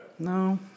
No